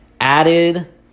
added